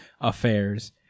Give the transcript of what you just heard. affairs